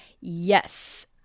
Yes